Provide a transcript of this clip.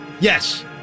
Yes